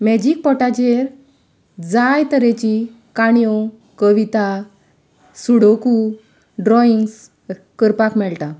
magic पॉटाचेर जाय तरेची काणयो कविता सुडोकू ड्रॉइंग्स करपाक मेळटात